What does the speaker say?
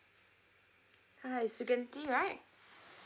hi is sukundi right